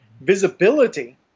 Visibility